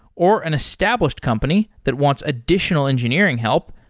or an established company that wants additional engineering help,